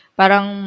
parang